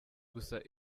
gusa